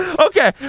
Okay